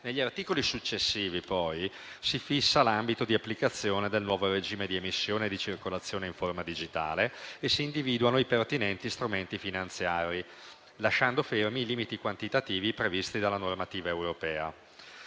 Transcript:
Negli articoli successivi, poi, si fissa l'ambito di applicazione del nuovo regime di emissione e di circolazione in forma digitale e si individuano i pertinenti strumenti finanziari, lasciando fermi i limiti quantitativi previsti dalla normativa europea.